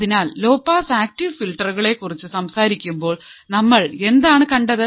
അതിനാൽ low pass active ഫിൽട്ടറുകളെക്കുറിച്ച് സംസാരിക്കുമ്പോൾ നമ്മൾ എന്താണ് കണ്ടത്